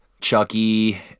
Chucky